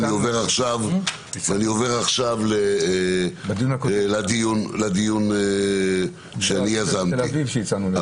ואני עובר עכשיו לדיון שאני יזמתי.